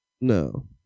No